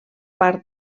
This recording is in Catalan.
part